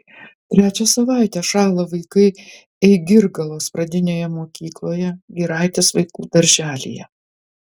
trečia savaitė šąla vaikai eigirgalos pradinėje mokykloje giraitės vaikų darželyje